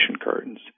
curtains